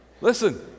Listen